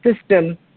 system